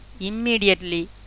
immediately